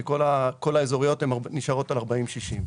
כי כל האזוריות נשארות על 40-60,